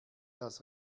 das